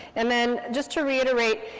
and then just to reiterate,